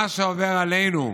מה שעובר עלינו,